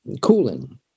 cooling